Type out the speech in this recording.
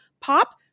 POP